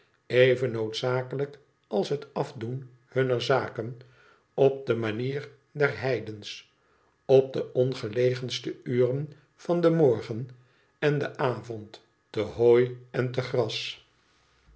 even noodzakkelijk als het afdoen bnnner zaken op de manier der heidens op de ongelegenste uren van den morgen en den avond te hooi en te gras